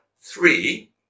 three